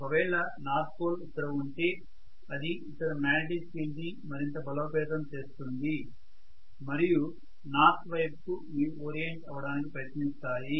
ఒకవేళ north pole ఇక్కడ ఉంటే అది ఇక్కడ మాగ్నెటిక్ ఫీల్డ్ ని మరింత బలోపేతం చేస్తుంది మరియు నార్త్ వైపుకు ఇవి ఓరియంట్ అవడానికి ప్రయత్నిస్తాయి